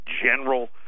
general